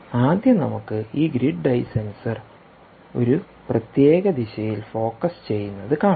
ആദ്യം നമുക്ക് ഈ ഗ്രിഡ് ഐ സെൻസർ ഒരു പ്രത്യേക ദിശയിൽ ഫോക്കസ് ചെയ്യുന്നത് കാണാം